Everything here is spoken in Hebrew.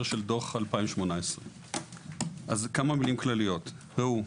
של דוח 2018. כמה מילים כלליות: ראו,